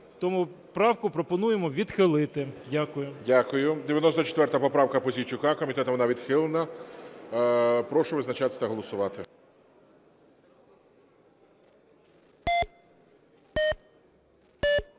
Тому правку пропонуємо відхилити. Дякую. ГОЛОВУЮЧИЙ. Дякую. 94 правка Пузійчука, комітетом вона відхилена. Прошу визначатися та голосувати.